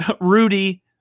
Rudy